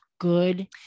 good